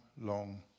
long